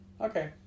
Okay